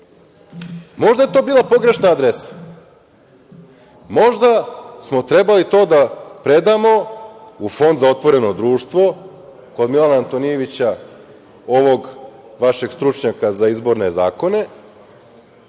možda je to bila pogrešna adresa. Možda smo trebali to da predamo u Fond za otvoreno društvo kod Milana Antonijevića, ovog vašeg stručnjaka za izborne zakone,